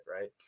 right